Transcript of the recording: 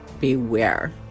beware